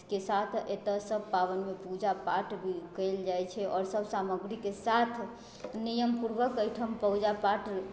के साथ एतऽ सब पाबनिमे पूजापाठ भी कैल जाइत छै आओर सब सामग्रीके साथ नियमपूर्वक एहिठाम पूजापाठ